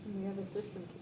have a system